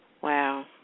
Wow